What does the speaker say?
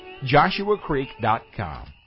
JoshuaCreek.com